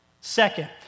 Second